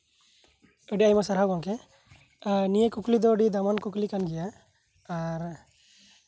ᱟᱹᱰᱤ ᱟᱭᱢᱟ ᱥᱟᱨᱦᱟᱣ ᱜᱮᱢᱠᱮ ᱮᱸᱫ ᱱᱤᱭᱟᱹ ᱠᱩᱠᱞᱤ ᱫᱚ ᱟᱹᱰᱤ ᱫᱟᱢᱟᱱ ᱠᱩᱠᱞᱤ ᱠᱟᱱ ᱜᱮᱭᱟ ᱟᱨ